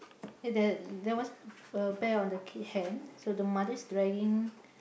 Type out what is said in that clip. there there wasn't a a pear on the kid hand so the mother's dragging